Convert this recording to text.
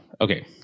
okay